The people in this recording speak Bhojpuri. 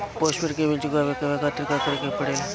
पोस्टपैड के बिल चुकावे के कहवा खातिर का करे के पड़ें ला?